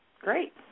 Great